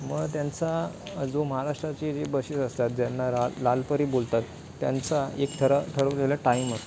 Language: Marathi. मग त्यांचा जो महाराष्ट्राची जी बशेस असतात ज्यांना रा लालपरी बोलतात त्यांचा एक ठरं ठरवलेला टाईम असतो